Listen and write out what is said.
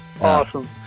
Awesome